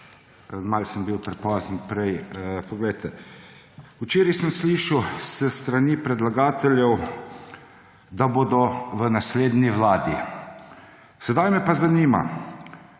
malo sem bil prepozen prej. Poglejte, včeraj sem slišali s strani predlagateljev, da bodo v naslednji vladi. Sedaj me pa zanima,